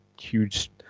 huge